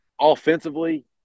Offensively